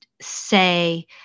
say